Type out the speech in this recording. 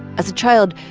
as a child,